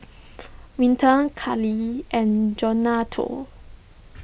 Winter Kellee and Jonathon